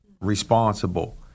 responsible